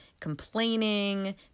complaining